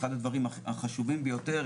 אחד הדברים החשובים ביותר.